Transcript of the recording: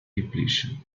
depletion